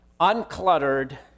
Uncluttered